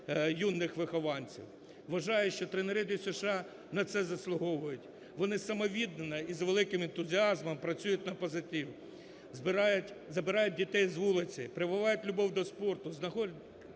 юних вихованців. Вважаю, що тренери ДЮСШ на це заслуговують, вони самовіддано і з великим ентузіазмом працюють на позитив, забирають дітей з вулиці, прививають любов до спорту,